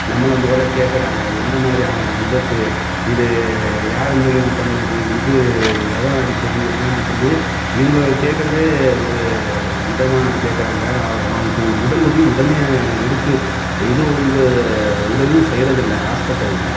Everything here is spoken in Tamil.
நம்மளை முதல்ல கேட்குறாங்க எந்த மாதிரியானது விபத்து இது யார் மூலிமா பண்ணது இது எவன் அடித்தது என்னனு சொல்லி இவங்க கேட்குறதே ஒரு இதமாக கேட்குறாங்க அவங் முதல் உதவி உடனே எடுத்து எதோ ஒன்று உதவியே செய்கிறதில்ல ஹாஸ்பெட்டலில்